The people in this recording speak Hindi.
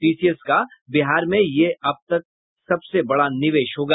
टीसीएस का बिहार में यह अब तक सबसे बड़ा निवेश होगा